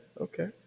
okay